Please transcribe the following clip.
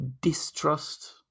distrust